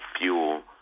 fuel